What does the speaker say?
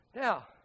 Now